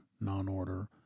non-order